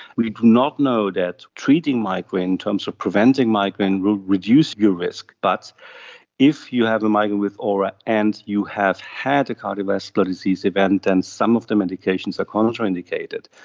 we do not know that treating migraine in terms of preventing migraine will reduce your risk, but if you have a migraine with aura and you have had a cardiovascular disease event, then some of the medications are contraindicated.